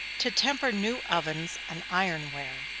to temper new ovens and iron-ware.